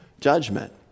judgment